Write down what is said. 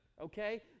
Okay